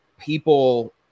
people